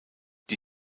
die